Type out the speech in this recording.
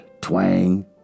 twang